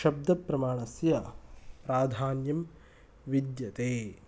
शब्दप्रमाणस्य प्राधान्यं विद्यते